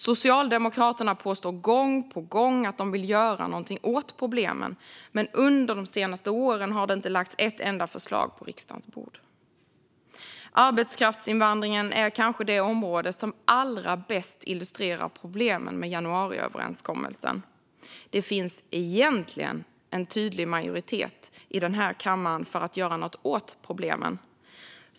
Socialdemokraterna påstår gång på gång att de vill göra någonting åt problemen, men under de senaste åren har det inte lagts ett enda förslag på riksdagens bord. Arbetskraftsinvandringen är kanske det område som allra bäst illustrerar problemen med januariöverenskommelsen. Det finns egentligen en tydlig majoritet i den här kammaren för att göra något åt problemen.